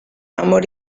amor